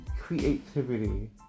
creativity